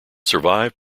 survived